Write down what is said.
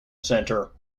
centre